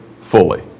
fully